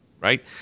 right